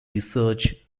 research